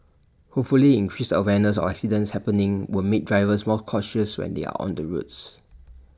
hopefully increased awareness of accidents happening would make drivers more cautious when they are on the roads